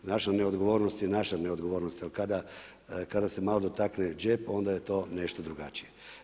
Naša neodgovornost je naša neodgovornost, ali kada se malo dotakne džep, onda je to nešto drugačije.